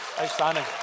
outstanding